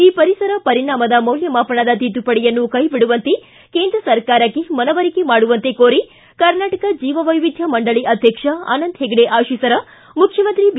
ಈ ಪರಿಸರ ಪರಿಣಾಮದ ಮೌಲ್ಯಮಾಪನದ ತಿದ್ದುಪಡಿಯನ್ನು ಕೈಬಿಡುವಂತೆ ಕೆಂದ್ರ ಸರ್ಕಾರಕ್ಕೆ ಮನವರಿಕೆ ಮಾಡುವಂತೆ ಕೋರಿ ಕರ್ನಾಟಕ ಜೀವವೈವಿಧ್ಯ ಮಂಡಳಿ ಅಧ್ಯಕ್ಷ ಅನಂತ ಹೆಗಡೆ ಆಶಿಸರ ಮುಖ್ಯಮಂತ್ರಿ ಬಿ